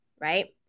right